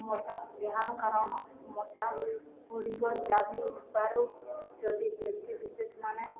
ମଶା ଏହାର କାରଣ ମଶାଗୁଡ଼ିକ ଚାବିବାରୁ ଯଦି ବ୍ୟକ୍ତି ବିଶେଷମାନେ